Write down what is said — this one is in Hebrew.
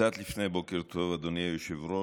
קצת לפני בוקר טוב, אדוני היושב-ראש,